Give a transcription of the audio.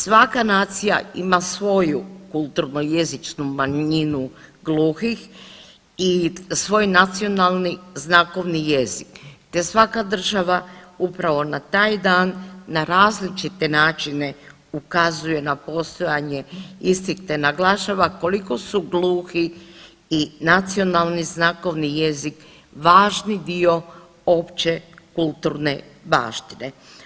Svaka nacija ima svoju kulturno-jezičnu manjinu gluhih i svoj nacionalni znakovni jezik te svaka država upravo na taj dan, na različite načine ukazuje na postojanje istih te naglašava koliko su gluhi i nacionalni znakovni jezik važni dio opće kulturne baštine.